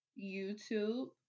YouTube